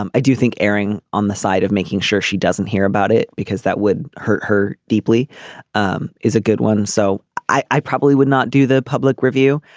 um i do think erring on the side of making sure she doesn't hear about it because that would hurt her deeply um is a good one so i probably would not do the public review.